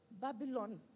Babylon